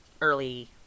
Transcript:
early